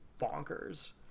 bonkers